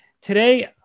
Today